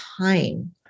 time